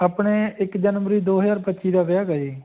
ਆਪਣੇ ਇੱਕ ਜਨਵਰੀ ਦੋ ਹਜ਼ਾਰ ਪੱਚੀ ਦਾ ਵਿਆਹ ਗਾ ਜੀ